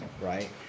right